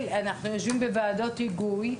יושבים בוועדות היגוי.